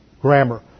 grammar